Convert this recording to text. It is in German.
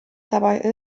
dabei